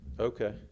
Okay